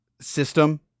system